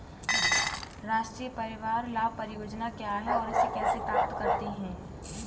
राष्ट्रीय परिवार लाभ परियोजना क्या है और इसे कैसे प्राप्त करते हैं?